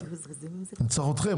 אני צריך אתכם.